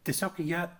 tiesiog jie